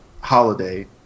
holiday